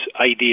idea